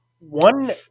one